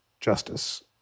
justice